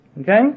Okay